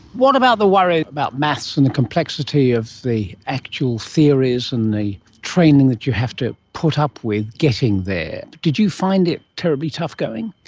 what about the worry about maths and the complexity of so the actual theories and the training that you have to put up with getting there? did you find it terribly tough going?